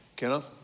Kenneth